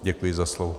Děkuji za slovo.